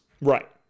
Right